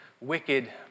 wicked